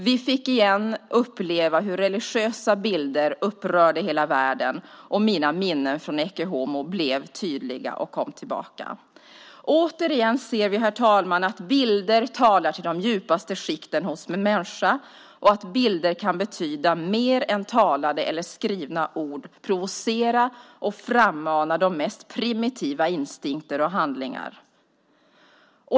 Vi fick åter uppleva hur religiösa bilder upprörde hela världen, och mina minnen från Ecce Homo blev tydliga och kom tillbaka. Återigen ser vi, herr talman, att bilder talar till de djupaste skikten hos en människa och att bilder kan betyda mer än talade eller skrivna ord, provocera och frammana de mest primitiva instinkter och handlingar.